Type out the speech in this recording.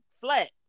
flat